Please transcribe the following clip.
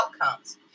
outcomes